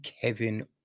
Kevin